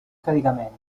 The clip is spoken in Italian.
caricamento